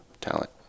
talent